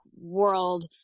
world